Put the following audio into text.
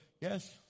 yes